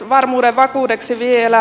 varmuuden vakuudeksi vielä